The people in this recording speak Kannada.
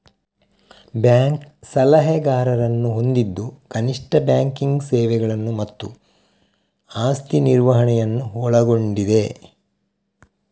ಬ್ಯಾಂಕ್ ಸಲಹೆಗಾರರನ್ನು ಹೊಂದಿದ್ದು ಕನಿಷ್ಠ ಬ್ಯಾಂಕಿಂಗ್ ಸೇವೆಗಳನ್ನು ಮತ್ತು ಆಸ್ತಿ ನಿರ್ವಹಣೆಯನ್ನು ಒಳಗೊಂಡಿದೆ